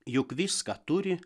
juk viską turi